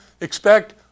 expect